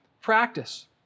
practice